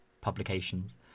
publications